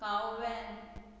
काव्यन